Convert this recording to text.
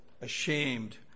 ashamed